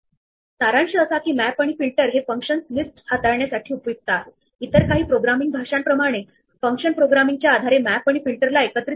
data structure चा सारांश म्हणजेच हे माहिती ऑर्गनाइज करण्याचा एक मार्ग आहे ज्यामुळे एका विशिष्ट संदर्भात प्रोसेसिंग प्रभावीपणे करण्यास मान्यता देते